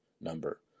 number